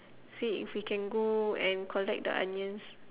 see if we can go and collect the onions